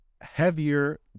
heavier